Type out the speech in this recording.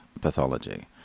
pathology